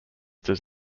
does